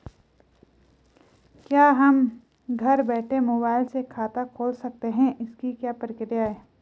क्या हम घर बैठे मोबाइल से खाता खोल सकते हैं इसकी क्या प्रक्रिया है?